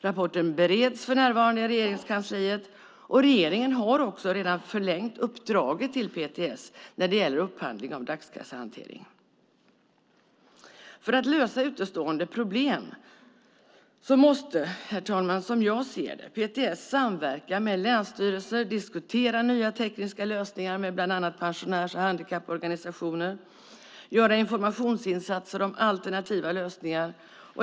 Rapporten bereds för närvarande i Regeringskansliet, och regeringen har också redan förlängt uppdraget till PTS när det gäller upphandling av dagskassehantering. För att lösa utestående problem måste som jag ser det PTS samverka med länsstyrelserna, diskutera nya tekniska lösningar med bland andra pensionärs och handikapporganisationer och göra informationsinsatser om alternativa lösningar.